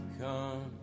come